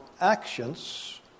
actions